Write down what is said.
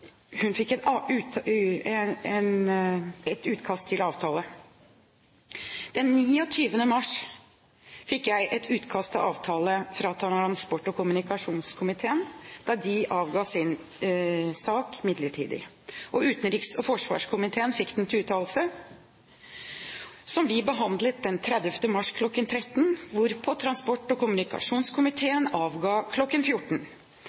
hun fikk et utkast til avtale. Den 29. mars fikk jeg et utkast til avtale fra transport- og kommunikasjonskomiteen, da de avga sin sak midlertidig, og utenriks- og forsvarskomiteen fikk den til uttalelse. Vi behandlet den den 30. mars, kl. 13.00, hvorpå transport- og